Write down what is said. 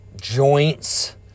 joints